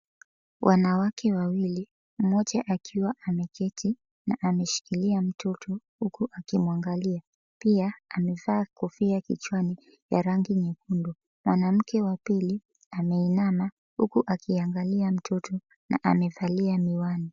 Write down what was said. Wanawake wawili, mmoja akiwa ameketi na ameshikilia mtoto huku akimwangalia, pia amevaa kofia kichwani ya rangi nyekundu. mwanamke wa pili ameinama huku akiangalia mtoto na amevalia miwani.